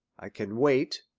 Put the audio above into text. i can wait,